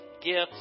gifts